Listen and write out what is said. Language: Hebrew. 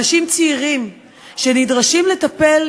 אנשים צעירים שנדרשים לטפל,